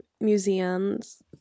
museums